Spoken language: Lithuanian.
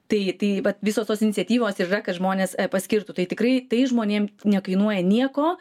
tai tai vat visos tos iniciatyvos ir yra kad žmonės paskirtų tai tikrai tai žmonėm nekainuoja nieko